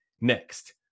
Next